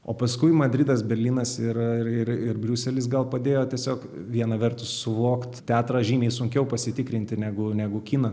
o paskui madridas berlynas ir ir ir briuselis gal padėjo tiesiog viena vertus suvokt teatrą žymiai sunkiau pasitikrinti negu negu kiną